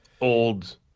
old